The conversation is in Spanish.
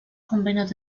convenios